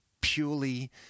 purely